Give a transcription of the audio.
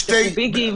כשנפתחו ביגים.